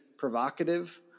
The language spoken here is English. provocative